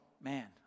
man